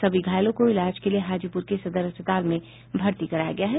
सभी घायलों को इलाज के लिए हाजीपुर के सदर अस्पताल में भर्ती कराया गया है